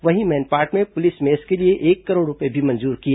वहीं मैनपाट में police mess के लिए एक करोड़ रूपये भी मंजूर किए